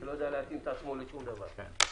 שלא יודע להתאים את עצמו לשום דבר.